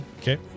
Okay